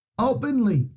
openly